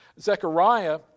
Zechariah